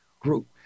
Group